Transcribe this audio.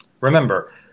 Remember